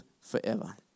forever